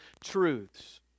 truths